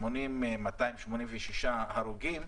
שמדובר ב-286 הרוגים,